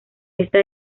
esta